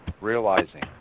realizing